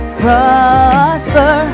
prosper